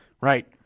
right